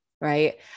right